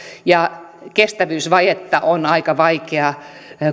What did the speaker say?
ja kestävyysvajetta on aika vaikea